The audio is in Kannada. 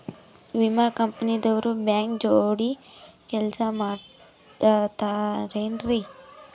ವಿಮಾ ಕಂಪನಿ ದವ್ರು ಬ್ಯಾಂಕ ಜೋಡಿ ಕೆಲ್ಸ ಮಾಡತಾರೆನ್ರಿ?